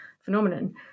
phenomenon